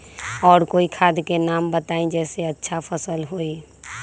और कोइ खाद के नाम बताई जेसे अच्छा फसल होई?